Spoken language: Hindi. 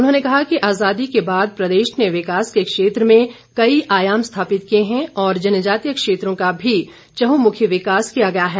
उन्होंने कहा कि आज़ादी के बाद प्रदेश ने विकास के क्षेत्र में कई आयाम स्थापित किए हैं और जनजातीय क्षेत्रों का भी चहुमुखी विकास किया गया है